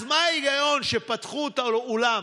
אז מה ההיגיון שפתחו את האולם,